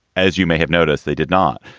as you may have noticed, they did not.